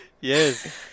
Yes